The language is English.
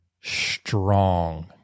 strong